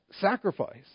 sacrifice